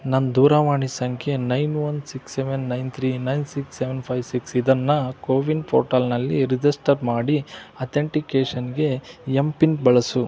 ನನ್ನ ದೂರವಾಣಿ ಸಂಖ್ಯೆ nine one six seven nine three nine six seven five six ಇದನ್ನು ಕೋವಿನ್ ಪೋರ್ಟಲ್ನಲ್ಲಿ ರಿಜಿಸ್ಟರ್ ಮಾಡಿ ಅಥೆಂಟಿಕೇಷನ್ಗೆ ಎಂ ಪಿನ್ ಬಳಸು